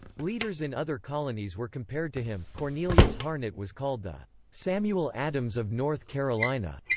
leaders in other colonies were compared to him cornelius harnett was called the samuel adams of north carolina,